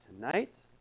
tonight